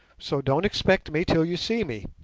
so don't expect me till you see me.